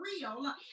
real